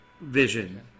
vision